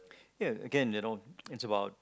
ya again you know it's about